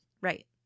Right